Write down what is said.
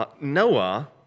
Noah